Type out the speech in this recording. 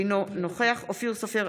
אינו נוכח אופיר סופר,